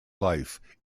life